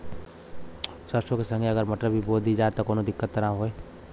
सरसो के संगे अगर मटर भी बो दी त कवनो दिक्कत त ना होय?